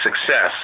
success